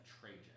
Trajan